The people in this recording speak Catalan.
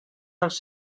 els